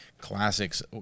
classics